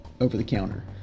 over-the-counter